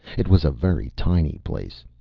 it was a very tiny place.